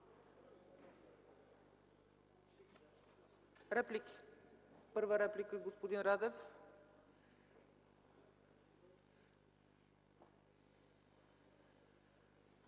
Реплики? Първа реплика – господин Радев.